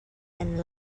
and